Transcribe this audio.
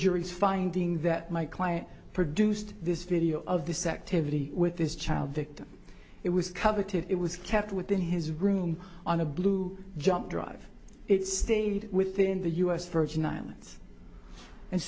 jury's finding that my client produced this video of this activity with this child victim it was coveted it was kept within his room on a blue jump drive it stayed within the u s virgin islands and